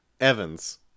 Evans